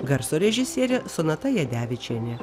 garso režisierė sonata jadevičienė